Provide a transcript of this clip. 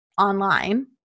online